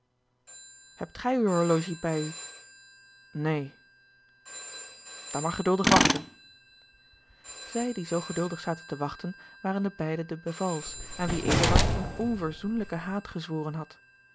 hebt gij uw horologie bij u neen dan maar geduldig wachten zij die zoo geduldig zaten te wachten waren de beide de bevals aan wie eduard een onverzoenlijken haat gezworen had